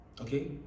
okay